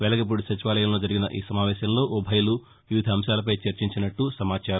వెలగపూడి సచివాలయంలో జరిగిన ఈ సమావేశంలో ఉభయులు వివిధ అంశాలపై చర్చించినట్లు సమాచారం